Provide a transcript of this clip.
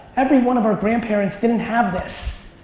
every one of our grandparents didn't have this.